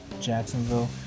Jacksonville